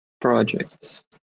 projects